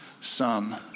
son